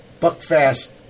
Buckfast